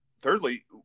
thirdly